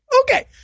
Okay